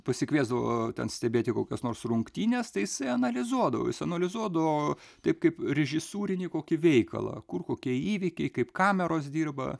pasikviesdavo ten stebėti kokias nors rungtynes tai jisai analizuodavo jis analizuodavo taip kaip režisūrinį kokį veikalą kur kokie įvykiai kaip kameros dirba